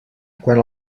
quan